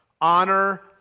Honor